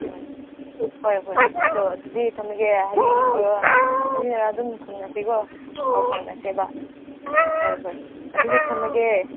ꯎꯝ ꯍꯣꯏ ꯍꯣꯏ ꯇꯣ ꯑꯗꯨꯗꯤ ꯊꯝꯃꯒꯦ ꯍꯌꯦꯡ ꯑꯅꯤꯔꯛ ꯑꯗꯨꯝ ꯈꯨꯝꯅꯁꯤꯀꯣ ꯄꯥꯎ ꯐꯥꯎꯅꯁꯦꯕ ꯍꯣꯏ ꯍꯣꯏ ꯑꯗꯨꯗꯤ ꯊꯝꯃꯒꯦ